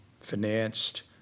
financed